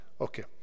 Okay